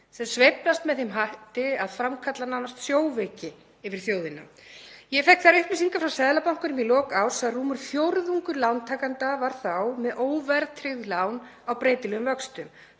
sem sveiflast með þeim hætti að það framkallar nánast sjóveiki yfir þjóðina. Ég fékk þær upplýsingar frá Seðlabankanum í lok árs að rúmur fjórðungur lántakenda var þá með óverðtryggð lán á breytilegum vöxtum.